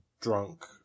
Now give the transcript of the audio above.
drunk